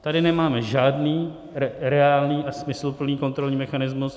Tady nemáme žádný reálný a smysluplný kontrolní mechanismus.